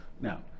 Now